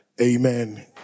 Amen